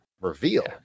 reveal